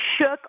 shook